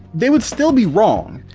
they would still be wrong,